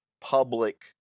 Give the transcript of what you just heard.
public